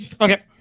Okay